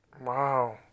Wow